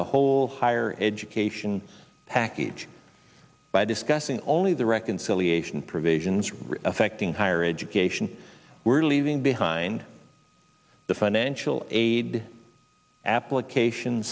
the whole higher education package by discussing only the reconciliation provisions affecting higher education we're leaving behind the financial aid application